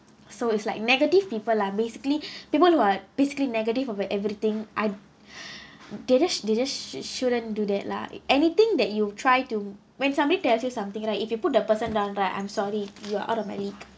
so is like negative people lah basically people who are basically negative of everything I they just they just shouldn't do that lah anything that you try to when somebody tells you something right if you put the person down right I'm sorry you are out of my league